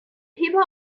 people